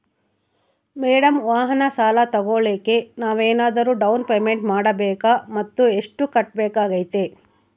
Madam ವಾಹನ ಸಾಲ ತೋಗೊಳೋಕೆ ನಾವೇನಾದರೂ ಡೌನ್ ಪೇಮೆಂಟ್ ಮಾಡಬೇಕಾ ಮತ್ತು ಎಷ್ಟು ಕಟ್ಬೇಕಾಗ್ತೈತೆ?